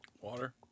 Water